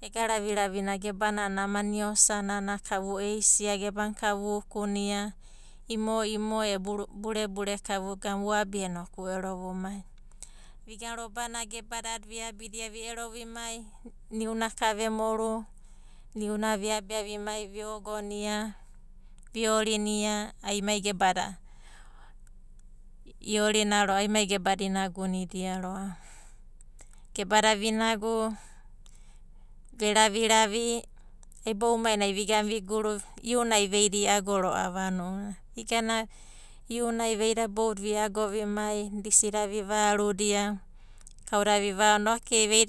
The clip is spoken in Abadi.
Ega raviravi na gebanana maniosa nana ka vu eisia, gebana ka vukuna, imo imo e burebure ka vuabia inoku vu ero vumai. Viga robana gebada a'ada viabidia vi ero vimai, niuna ka ve moru, niuna viabia vimai viogonia, viorinia ai ema gebada, iorina ro'ava ema gebada inagunidia ro'ava. Gebada vinagu ve raviravi, iboumainai ai vigan viguru, iunai veida i'ago ro'ava a'ana ounanai. Iunai veida boudada viago vimai